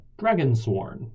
Dragonsworn